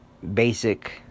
Basic